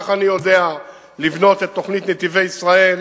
ככה אני יודע לבנות את תוכנית "נתיבי ישראל",